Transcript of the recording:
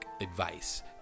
advice